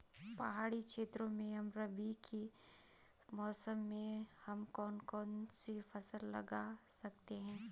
पहाड़ी क्षेत्रों में रबी के मौसम में हम कौन कौन सी फसल लगा सकते हैं?